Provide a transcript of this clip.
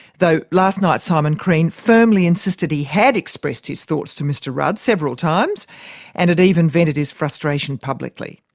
though last night simon crean firmly insisted he had expressed his thoughts to mr rudd several times and had even vented his frustration publicly.